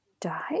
die